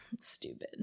stupid